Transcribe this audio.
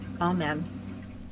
Amen